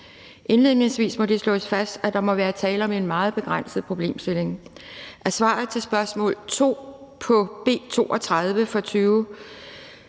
Indledningsvis må det slås fast, at der må være tale om en meget begrænset problemstilling. Af svaret på spørgsmål 2 på B 32 fra